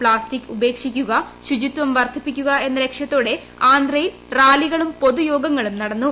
plastic ഉപേക്ഷിക്കുക ശുചിത്വം വർദ്ധിപ്പിക്കുക എന്ന ലക്ഷ്യത്തോടെ ആന്ധ്രയിൽ റാലികളും പൊതുയോഗങ്ങളും നടന്നു